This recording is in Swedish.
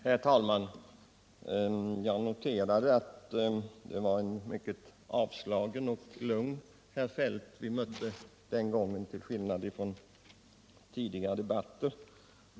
Herr talman! Jag noterade att det var en mycket avslagen och lugn herr Feldt vi mötte i dag till skillnad från tidigare debatter.